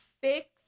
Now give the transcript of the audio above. Fix